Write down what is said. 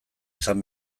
izan